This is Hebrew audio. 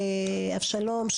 אבשלום,